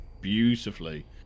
beautifully